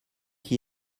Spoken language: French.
qui